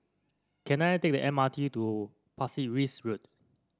can I take the M R T to Pasir Ris Road